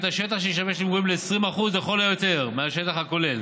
השטח שישמש למגורים ל-20% לכל היותר מהשטח הכולל